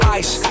ice